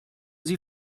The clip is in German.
sie